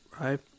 Right